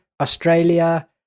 Australia